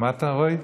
שמעת, רועי?